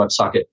WebSocket